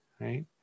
Right